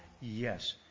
Yes